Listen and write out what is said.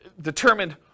determined